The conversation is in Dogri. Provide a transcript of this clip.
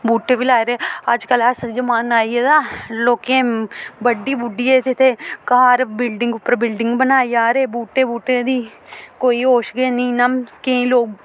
बूह्टे बी लाए दे अजकल्ल ऐसा जमान्ना आई गेदा ऐ लोकें बड्ढी बुड्ढियै ते घर बिल्डिंग उप्पर बिल्डिंग बनाई जा दे बूह्टें बूह्टें दी कोई होश गै हैन्नी इ'यां केईं लोग